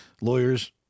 lawyers